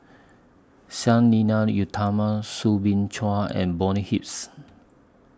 Sang Nila Utama Soo Bin Chua and Bonny Hips